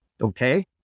Okay